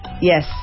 Yes